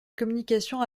communication